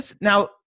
now